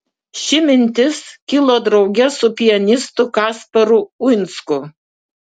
ši mintis kilo drauge su pianistu kasparu uinsku